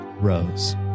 Rose